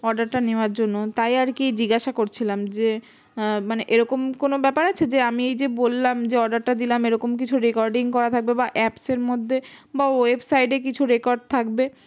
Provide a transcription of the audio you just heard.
অর্ডারটা নেওয়ার জন্য তাই আর কি জিজ্ঞাসা করছিলাম যে মানে এরকম কোনো ব্যাপার আছে যে আমি এই যে বললাম যে অর্ডারটা দিলাম এরকম কিছু রেকর্ডিং করা থাকবে বা অ্যাপসের মধ্যে বা ওয়েবসাইটে কিছু রেকর্ড থাকবে